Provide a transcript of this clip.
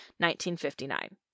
1959